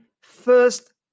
first